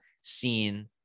seen